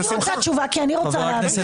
אני רוצה תשובה, כי אני רוצה להבין.